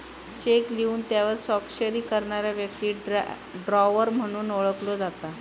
check लिहून त्यावर स्वाक्षरी करणारा व्यक्ती ड्रॉवर म्हणून ओळखलो जाता